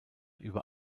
über